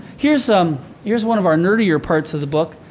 here's um here's one of our nerdier parts of the book.